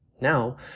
Now